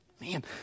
Man